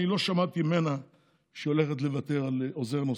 אני לא שמעתי ממנה שהיא הולכת לוותר על עוזר נוסף.